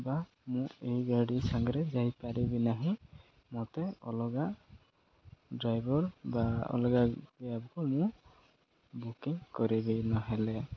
ବା ମୁଁ ଏଇ ଗାଡ଼ି ସାଙ୍ଗରେ ଯାଇପାରିବି ନାହିଁ ମୋତେ ଅଲଗା ଡ୍ରାଇଭର୍ ବା ଅଲଗା କ୍ୟାବ୍କୁ ମୁଁ ବୁକିଂ କରିବି ନହେଲେ